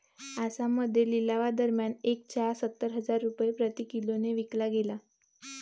आसाममध्ये लिलावादरम्यान एक चहा सत्तर हजार रुपये प्रति किलोने विकला गेला